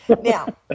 now